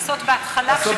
לעשות בהתחלה,